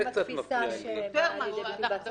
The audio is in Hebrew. יותר מהצעת החוק.